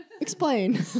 Explain